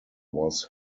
was